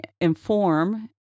inform